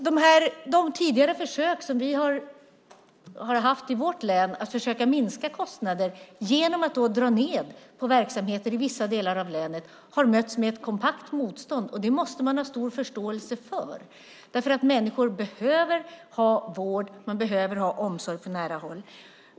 De tidigare försök som vi har haft i vårt län att försöka minska kostnader genom att dra ned på verksamheter i vissa delar av länet har mötts med ett kompakt motstånd. Det måste man ha stor förståelse för. Människor behöver ha vård och omsorg på nära håll.